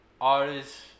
Artists